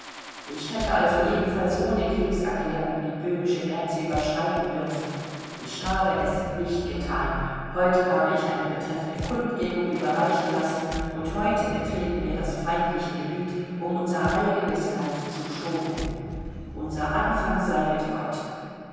ich hätte also ebenfalls ohne kriegserklärung die böhmische grenze überschreiten dürfen ich habe es nicht gethan heute habe ich eine betreffende kundgebung überreichen lassen und heute betreten wir das feindliche gebiet um unser eigenes land zu schonen unser anfang sei mit gott